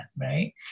right